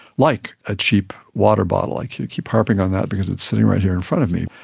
like a cheap water bottle. i keep keep harping on that because it's sitting right here in front of me.